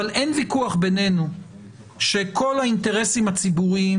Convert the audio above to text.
אבל אין ויכוח בינינו שכל האינטרסים הציבוריים